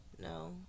No